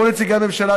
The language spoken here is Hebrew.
כל נציגי הממשלה,